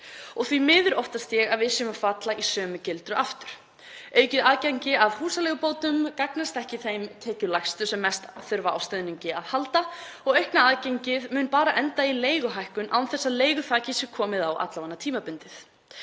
Því miður óttast ég að við séum að falla í sömu gildru aftur. Aukið aðgengi að húsaleigubótum gagnast ekki þeim tekjulægstu sem mest þurfa á stuðningi að halda og aukna aðgengið mun bara enda í leiguhækkun án þess að leiguþaki sé komið á alla vega tímabundið.